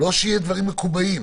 אבל שלא יהיו דברים מקובעים.